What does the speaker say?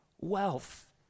wealth